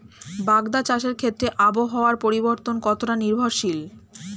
বাগদা চাষের ক্ষেত্রে আবহাওয়ার পরিবর্তন কতটা নির্ভরশীল?